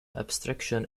abstraction